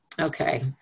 Okay